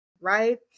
right